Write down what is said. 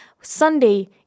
Sunday